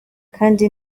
kandi